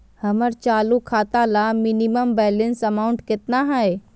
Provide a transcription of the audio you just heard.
हमर चालू खाता ला मिनिमम बैलेंस अमाउंट केतना हइ?